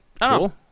cool